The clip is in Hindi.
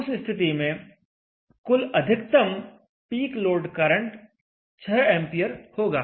उस स्थिति में कुल अधिकतम पीक लोड करंट 6 एंपियर होगा